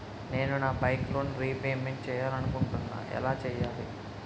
నేను నా bike loan repayment చేయాలనుకుంటున్నా ఎలా చేయాలి?